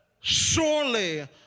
surely